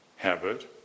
habit